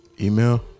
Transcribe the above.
Email